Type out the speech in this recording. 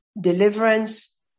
deliverance